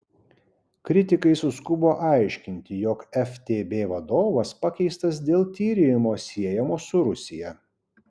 kritikai suskubo aiškinti jog ftb vadovas pakeistas dėl tyrimo siejamo su rusija